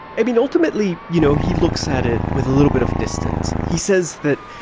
i mean, ultimately, you know, he looks at it with a little bit of distance. he says that,